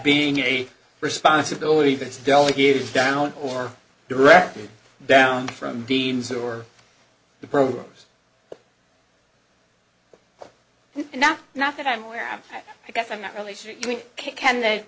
being a responsibility that is delegated down or directly down from deans or the pros and not not that i'm aware of i guess i'm not really sure we can th